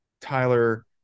Tyler